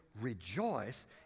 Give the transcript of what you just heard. rejoice